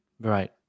Right